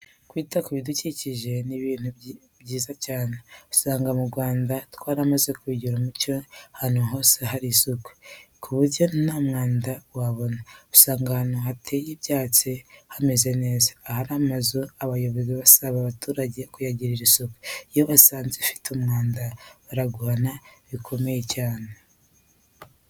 Kwita ku bidukikije ni ibintu byiza cyane, usanga mu Rwanda twaramaze kubigira umuco ahantu hose hari isuku, ku buryo nta mwanda wabona, usanga ahantu hateye ibyatsi hameze neza, ahari amazu abayobozi basaba abaturage kuyagirira isuku. Iyo basanze ufite umwanda baraguhana bikomeye cyane.